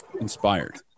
inspired